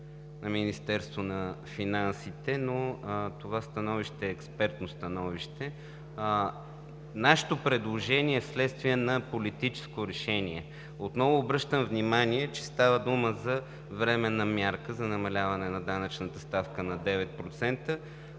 на Министерството на финансите, но това становище е експертно становище. Нашето предложение е вследствие на политическо решение. Отново обръщам внимание, че става дума за временна мярка за намаляване на данъчната ставка на 9%,